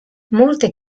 molte